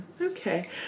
okay